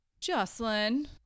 Jocelyn